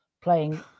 playing